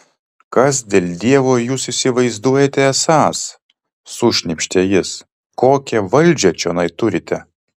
kas dėl dievo jūs įsivaizduojate esąs sušnypštė jis kokią valdžią čionai turite